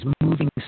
moving